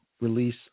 release